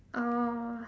oh